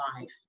life